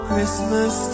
Christmas